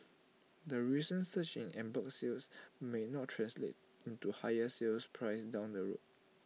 the recent surge in en bloc sales may not translate into higher sales prices down the road